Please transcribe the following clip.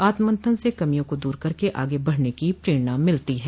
आत्ममंथन से कमियों को दूर करके आगे बढ़ने की प्रेरणा मिलती है